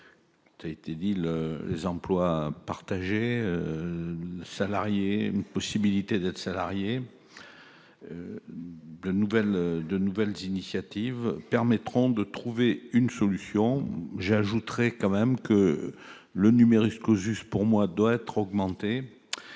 qui a été dit l'emploi salariés une possibilité d'être salarié de nouvelles de nouvelles initiatives permettront de trouver une solution j'ajouterai quand même que le numerus clausus pour moi doit être augmentée,